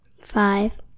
Five